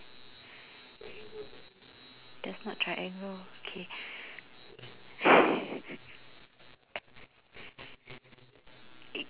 that's not triangle okay